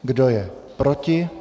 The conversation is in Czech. Kdo je proti?